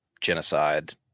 genocide